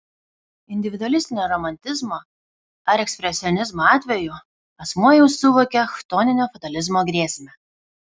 individualistinio romantizmo ar ekspresionizmo atveju asmuo jau suvokia chtoninio fatalizmo grėsmę